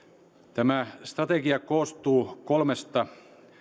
tämä strategia koostuu kolmesta